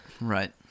Right